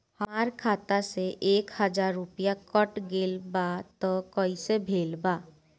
हमार खाता से एक हजार रुपया कट गेल बा त कइसे भेल बा?